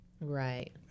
Right